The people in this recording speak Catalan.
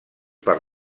per